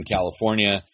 California